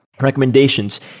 recommendations